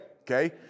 okay